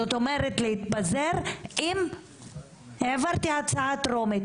זאת אומרת להתפזר עם העברתי הצעה טרומית,